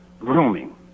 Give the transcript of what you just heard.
grooming